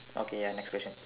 okay ya next question